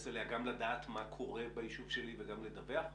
אליה גם לדעת מה קורה בישוב שלי וגם לדווח?